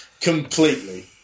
Completely